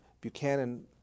Buchanan